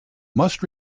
must